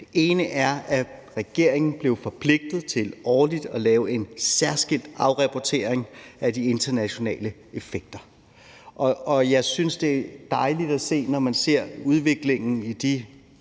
Det ene er, at regeringen bliver forpligtet til årligt at lave en særskilt afrapportering om de internationale effekter. Og jeg synes, det er dejligt at se, når man ser udviklingen i de